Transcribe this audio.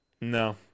No